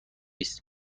است